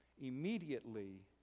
Immediately